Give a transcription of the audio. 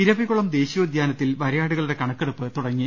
ഇരവികുളം ദേശീയോദ്യാനത്തിൽ വരയാടു കളുടെ കണക്കെടുപ്പ് തുടങ്ങി